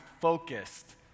focused